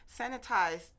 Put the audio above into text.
sanitized